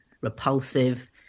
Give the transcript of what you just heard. repulsive